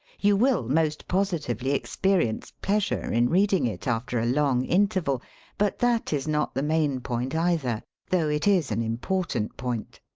you will most positively experience pleasure in reading it after a long interval but that is not the main point eithei though it is an important point.